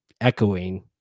echoing